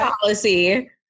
policy